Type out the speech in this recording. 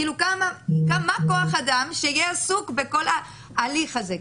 כאילו מה כוח האדם שיהיה עסוק בכל ההליך הזה,